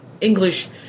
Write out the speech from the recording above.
English